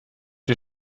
ihr